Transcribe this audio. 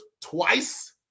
twice